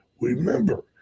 Remember